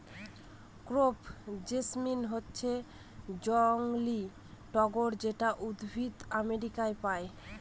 crepe jasmine হচ্ছে জংলী টগর যেটা উদ্ভিদ আমেরিকায় পায়